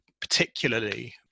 particularly